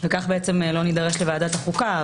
וכך לא נידרש לוועדת החוקה.